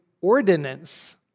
ordinance